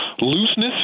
looseness